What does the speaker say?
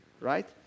right